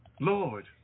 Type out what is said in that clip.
Lord